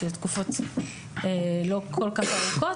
תקופות לא כל כך ארוכות,